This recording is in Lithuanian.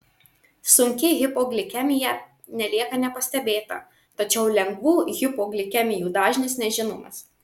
sunki hipoglikemija nelieka nepastebėta tačiau lengvų hipoglikemijų dažnis nežinomas